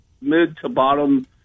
mid-to-bottom